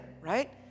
right